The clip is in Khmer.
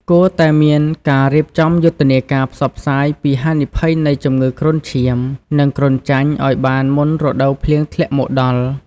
គួរតែមានការរៀបចំយុទ្ធនាការផ្សព្វផ្សាយពីហានិភ័យនៃជំងឺគ្រុនឈាម និងគ្រុនចាញ់ឲ្យបានមុនរដូវភ្លៀងធ្លាក់មកដល់។